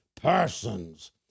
persons